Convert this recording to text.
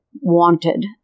wanted